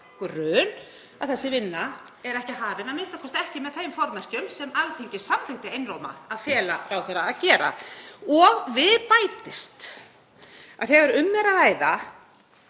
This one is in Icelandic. grun að þessi vinna sé ekki hafin, a.m.k. ekki með þeim formerkjum sem Alþingi samþykkti einróma að fela ráðherra að gera. Við bætist að þegar um er að ræða